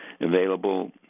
available